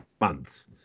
months